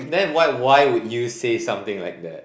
then what why would you say something like that